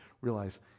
realize